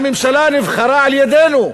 הממשלה נבחרה על-ידינו,